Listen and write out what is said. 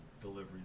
delivery